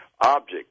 object